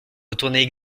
retourner